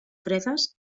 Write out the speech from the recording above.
fredes